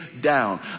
down